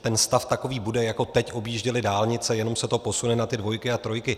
Ten stav takový bude, jako teď objížděly dálnice, jenom se to posune na dvojky a trojky.